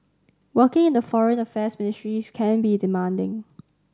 working in the Foreign Affairs Ministry can be demanding